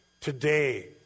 Today